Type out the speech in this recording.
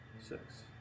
Six